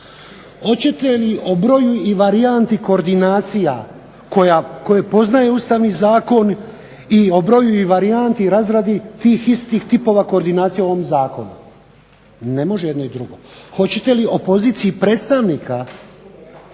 Hoćete li o broju i varijanti koordinacija koje poznaje Ustavni zakon i o broju i varijanti i razradi tih istih tipova koordinacije u ovom zakonu. Ne može i jedno i drugo. Hoćete li o poziciji predstavnika